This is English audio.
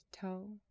toe